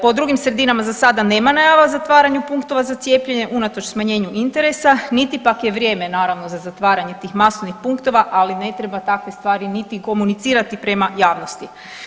Po drugim sredinama za sada nema najava o zatvaranju punktova za cijepljenja unatoč smanjenju interesa, niti pak je vrijeme naravno za zatvaranje tih masovnih punktova, ali ne treba takve stvari niti komunicirati prema javnosti.